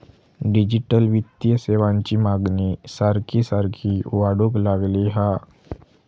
digital वित्तीय सेवांची मागणी सारखी सारखी वाढूक लागली हा